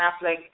Affleck